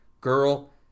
girl